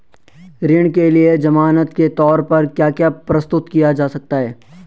ऋण के लिए ज़मानात के तोर पर क्या क्या प्रस्तुत किया जा सकता है?